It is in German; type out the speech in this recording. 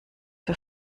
für